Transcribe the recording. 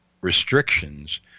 restrictions